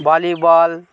volleyball